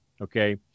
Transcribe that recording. okay